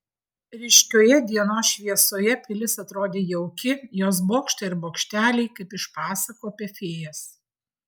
ryškioje dienos šviesoje pilis atrodė jauki jos bokštai ir bokšteliai kaip iš pasakų apie fėjas